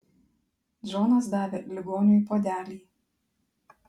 džonas davė ligoniui puodelį